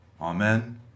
Amen